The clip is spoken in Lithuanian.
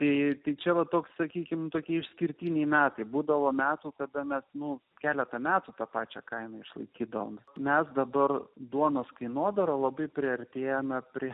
tai tai čia va toks sakykim tokie išskirtiniai metai būdavo metų kada mes nuo keletą metų tą pačią kainą išlaikydavome mes dabar duonos kainodara labai priartėjome prie